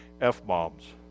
F-bombs